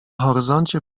horyzoncie